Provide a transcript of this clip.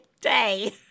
day